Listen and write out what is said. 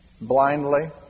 blindly